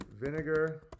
vinegar